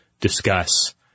discuss